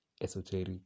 esoteric